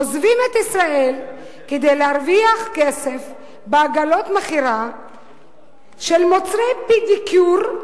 עוזבים את ישראל כדי להרוויח כסף בעגלות מכירה של מוצרי פדיקור,